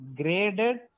graded